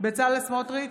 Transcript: בצלאל סמוטריץ'